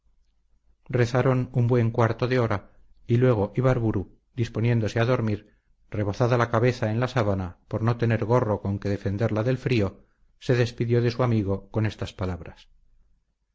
rezaron un buen cuarto de hora y luego ibarburu disponiéndose a dormir rebozada la cabeza en la sábana por no tener gorro con que defenderla del frío se despidió de su amigo con estas palabras